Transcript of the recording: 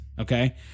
okay